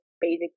basic